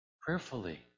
prayerfully